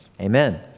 amen